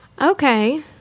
Okay